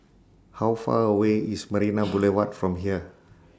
How Far away IS Marina Boulevard from here